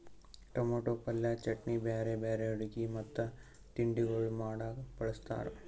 tomato ಪಲ್ಯ, ಚಟ್ನಿ, ಬ್ಯಾರೆ ಬ್ಯಾರೆ ಅಡುಗಿ ಮತ್ತ ತಿಂಡಿಗೊಳ್ ಮಾಡಾಗ್ ಬಳ್ಸತಾರ್